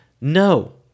No